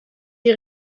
die